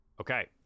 Okay